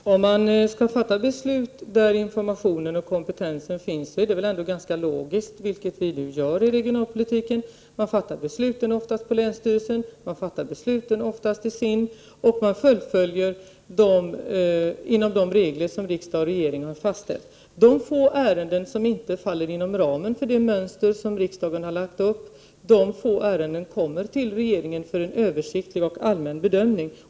Herr talman! Om man skall fatta besluten där informationen om kompetensen finns är det väl ganska logiskt att man gör som vi nu gör i regionalpolitiken, nämligen att man oftast fattar besluten på länsstyrelserna och i SIND. Man fullföljer dem inom ramen för de regler som riksdag och regering har fastställt. De få ärenden som inte faller inom ramen för det mönster som riksdagen har lagt upp, kommer till regeringen för en översiktlig och allmän bedömning.